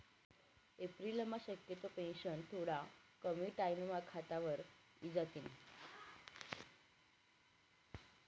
एप्रिलम्हा शक्यतो पेंशन थोडा कमी टाईमम्हा खातावर इजातीन